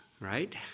Right